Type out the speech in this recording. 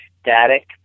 static